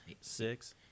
Six